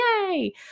Yay